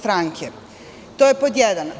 To je pod jedan.